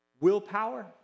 Willpower